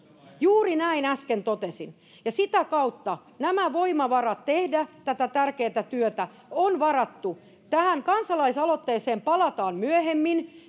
juuri näin äsken totesin ja sitä kautta nämä voimavarat tehdä tätä tärkeätä työtä on varattu tähän kansalaisaloitteeseen palataan myöhemmin